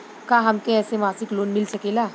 का हमके ऐसे मासिक लोन मिल सकेला?